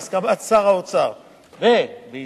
בהסכמת שר האוצר ובאישור,